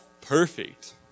perfect